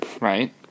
Right